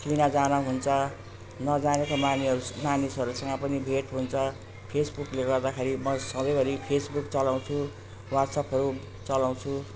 चिनाजाना हुन्छ नजानेको मानिसहरू मानिसहरूसँग पनि भेट हुन्छ फेसबुकले गर्दाखेरि म सधैँभरि फेसबुक चलाउँछु वाट्सएपहरू चलाउँछु